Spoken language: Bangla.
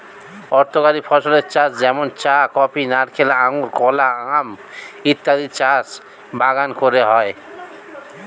অর্থকরী ফসলের চাষ যেমন চা, কফি, নারিকেল, আঙুর, কলা, আম ইত্যাদির চাষ বাগান করে করা হয়